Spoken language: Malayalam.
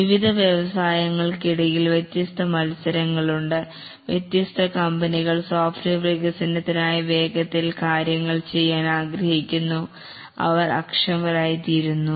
വിവിധ വ്യവസായങ്ങൾക്ക് ഇടയിൽ വ്യത്യസ്ത മത്സരങ്ങൾ ഉണ്ട് വ്യത്യസ്ത കമ്പനികൾ സോഫ്റ്റ്വെയർ വികസനത്തിനായി വേഗത്തിൽ കാര്യങ്ങൾ ചെയ്യാൻ ആഗ്രഹിക്കുന്നു അവർ അക്ഷമരായി തീരുന്നു